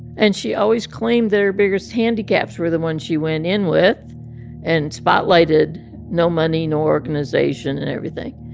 and she always claimed that her biggest handicaps were the ones she went in with and spotlighted no money, no organization and everything.